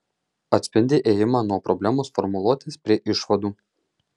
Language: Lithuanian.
atspindi ėjimą nuo problemos formuluotės prie išvadų